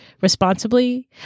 responsibly